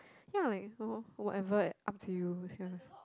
you know like oh whatever up to you that kind